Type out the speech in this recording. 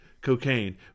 cocaine